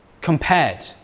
compared